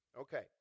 okay